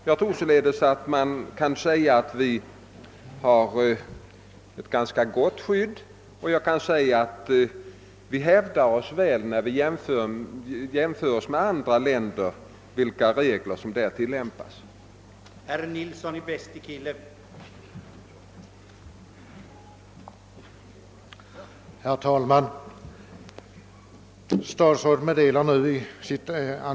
Vi har således ett ganska gott skydd som hävdar sig väl vid en jämförelse med de regler som tillämpas i andra länder.